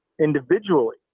individually